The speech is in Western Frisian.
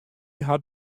hat